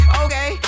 okay